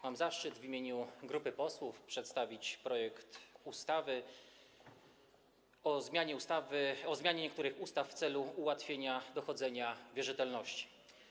Mam zaszczyt w imieniu grupy posłów przedstawić projekt nowelizacji ustawy o zmianie niektórych ustaw w celu ułatwienia dochodzenia wierzytelności.